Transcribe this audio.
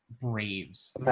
Braves